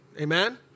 Amen